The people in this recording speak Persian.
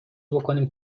بکنیم